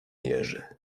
jerzy